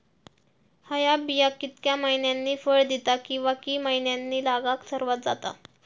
हया बिया कितक्या मैन्यानी फळ दिता कीवा की मैन्यानी लागाक सर्वात जाता?